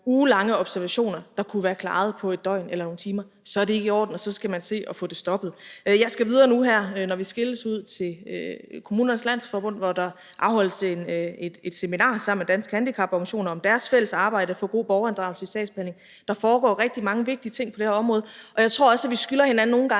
ugelange observationer, der kunne have været klaret på et døgn eller nogle timer, så er det ikke i orden, og så skal man se at få det stoppet. Når vi skilles her, skal jeg videre ud til Kommunernes Landsforening, hvor der afholdes et seminar sammen med Danske Handicaporganisationer om deres fælles arbejde for god borgerinddragelse i sagsbehandling. Der foregår rigtig mange vigtige ting på det her område, og jeg tror også, at vi skylder hinanden nogle gange